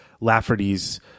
Lafferty's